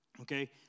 okay